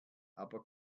aber